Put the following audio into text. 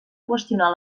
qüestionar